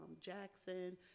Jackson